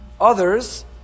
Others